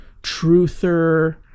truther